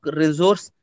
resource